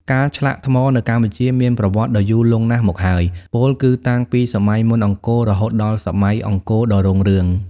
ការឆ្លាក់ថ្មនៅកម្ពុជាមានប្រវត្តិដ៏យូរលង់ណាស់មកហើយ ពោលគឺតាំងពីសម័យមុនអង្គររហូតដល់សម័យអង្គរដ៏រុងរឿង។